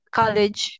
college